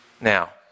Now